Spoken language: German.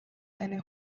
eine